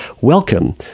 welcome